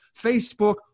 Facebook